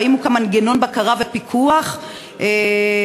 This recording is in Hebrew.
האם הוקם מנגנון בקרה ופיקוח שיבדוק